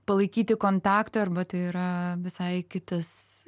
palaikyti kontaktą arba tai yra visai kitas